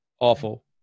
awful